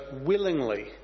willingly